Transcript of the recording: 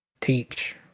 teach